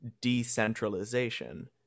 decentralization